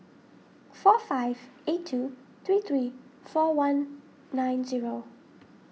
four five eight two three three four one nine zero